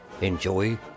Enjoy